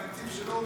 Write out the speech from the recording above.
עם התקציב שלו,